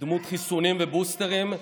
בדמות חיסונים ובוסטרים.